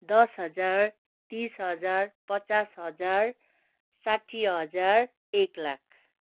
दस हजार तिस हजार पचास हजार साठी हजार एक लाख